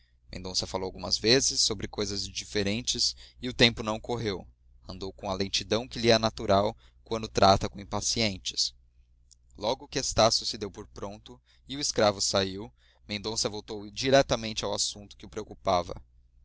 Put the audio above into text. calado mendonça falou algumas vezes sobre coisas indiferentes e o tempo não correu andou com a lentidão que lhe é natural quando trata com impacientes logo que estácio se deu por pronto e o escravo saiu mendonça voltou diretamente ao assunto que o preocupava